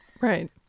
Right